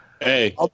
hey